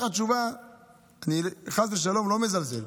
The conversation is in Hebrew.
ואני חס ושלום לא מזלזל,